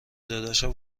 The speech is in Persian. داداشم